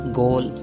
goal